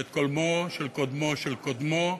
ואת קודמו של קודמו של קודמו,